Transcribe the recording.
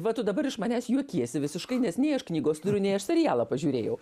va tu dabar iš manęs juokiesi visiškai neseniai aš knygos turinį aš serialą pažiūrėjau